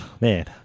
man